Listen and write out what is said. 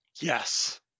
Yes